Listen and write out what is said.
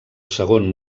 segon